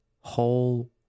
whole